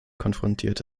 konfrontiert